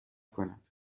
کند